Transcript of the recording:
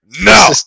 No